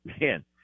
man